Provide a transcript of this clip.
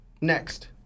next